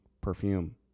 perfume